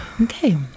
Okay